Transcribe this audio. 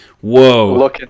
Whoa